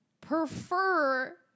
prefer